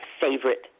favorite